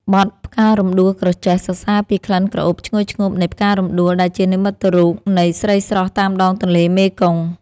បទ «ផ្ការំដួលក្រចេះ» សរសើរពីក្លិនក្រអូបឈ្ងុយឈ្ងប់នៃផ្ការំដួលដែលជានិមិត្តរូបនៃស្រីស្រស់តាមដងទន្លេមេគង្គ។